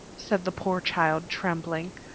said the poor child, trembling.